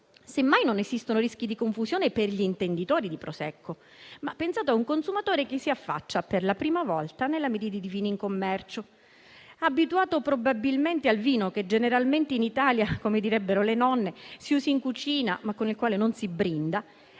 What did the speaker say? Semmai, non esistono rischi di confusione per gli intenditori di Prosecco, ma pensate a un consumatore che si affaccia per la prima volta sulla miriade di vini in commercio: abituato probabilmente al vino che generalmente in Italia, come direbbero le nonne, si usa in cucina, ma con il quale non si brinda,